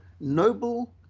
noble